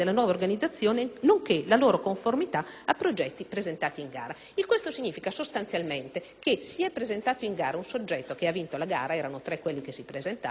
che si è presentato un soggetto che ha vinto la gara - erano tre i soggetti che si presentavano - il quale deve verificare se poi è in grado di fare ciò per cui ha vinto la gara